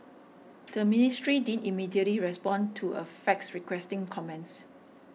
the ministry didn't immediately respond to a fax requesting comments